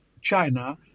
China